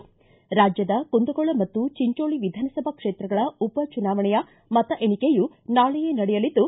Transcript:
ರಾಜ್ಯದ ಕುಂದಗೋಳ ಮತ್ತು ಚಿಂಚೋಳಿ ವಿಧಾನಸಭಾ ಕ್ಷೇತ್ರಗಳ ಉಪಚುನಾವಣೆಯ ಮತ ಎಣಿಕೆಯೂ ನಾಳೆಥಿಇ ನಡೆಯಲಿದ್ದು